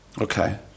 Okay